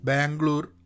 Bangalore